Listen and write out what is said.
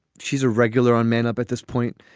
she's a regular on man up at this point.